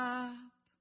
up